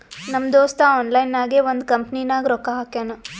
ನಮ್ ದೋಸ್ತ ಆನ್ಲೈನ್ ನಾಗೆ ಒಂದ್ ಕಂಪನಿನಾಗ್ ರೊಕ್ಕಾ ಹಾಕ್ಯಾನ್